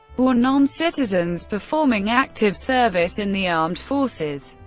or non-citizens performing active service in the armed forces.